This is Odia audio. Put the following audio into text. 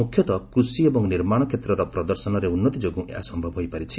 ମୁଖ୍ୟତଃ କୃଷି ଏବଂ ନିର୍ମାଣ କ୍ଷେତ୍ରର ପ୍ରଦର୍ଶନରେ ଉନ୍ନତି ଯୋଗୁଁ ଏହା ସମ୍ଭବ ହୋଇପାରିଛି